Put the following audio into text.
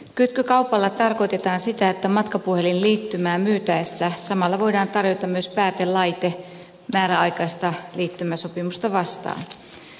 kytkykaupalla tarkoitetaan sitä että matkapuhelinliittymää myytäessä samalla voidaan tarjota myös päätelaite määräaikaista liittymäsopimusta vastaan